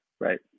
Right